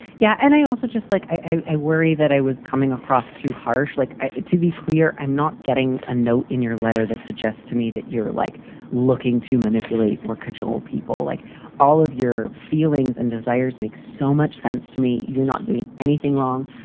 yeah and i also just like i worry that i was coming across too harsh. like to be clear, i'm not getting a note in your letter that suggests to me that you're like looking to manipulate or cajole people like all of your feelings and desires makes so much sense to me. you're not doing anything wrong.